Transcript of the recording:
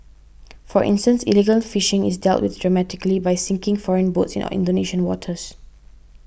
for instance illegal fishing is dealt with dramatically by sinking foreign boats in Indonesian waters